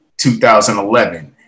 2011